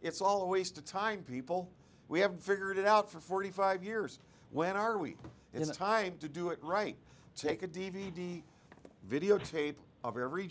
it's all a waste of time people we haven't figured it out for forty five years when are we it is the time to do it right take a d v d videotape of every